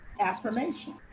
affirmation